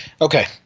Okay